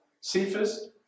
cephas